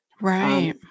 Right